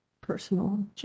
personal